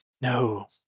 No